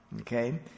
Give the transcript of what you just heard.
okay